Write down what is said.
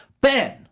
ben